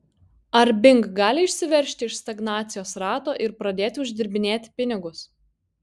ar bing gali išsiveržti iš stagnacijos rato ir pradėti uždirbinėti pinigus